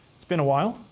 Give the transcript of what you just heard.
it's been a while.